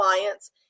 clients